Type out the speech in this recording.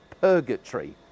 purgatory